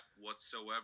whatsoever